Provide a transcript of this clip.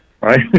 right